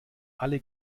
alle